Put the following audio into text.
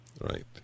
Right